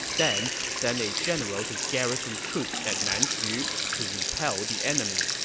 then, send a general to garrison troops at nanxu to repel the enemy.